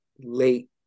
late